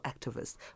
activists